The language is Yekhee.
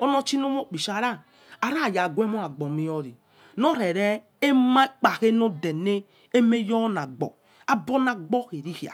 anochimokpisah ra, ava raquemagbomiori norere emalepkhenodeneseme yonagbo abonagbokherikhi.